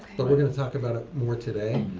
but we're going to talk about it more today.